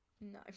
No